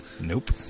Nope